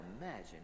imagine